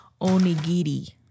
onigiri